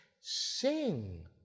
sing